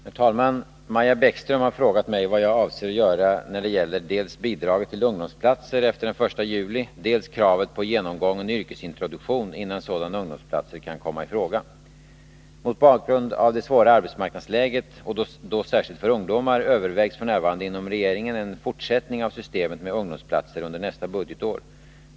Herr talman! Maja Bäckström har frågat mig vad jag avser göra när det gäller dels bidraget till ungdomsplatser efter den 1 juli, dels kravet på genomgången yrkesintroduktion innan sådana ungdomsplatser kan komma i fråga. Mot bakgrund av det svåra arbetsmarknadsläget, och då särskilt för ungdomar, övervägs f. n. inom regeringen en fortsättning av systemet med ungdomsplatser under nästa budgetår.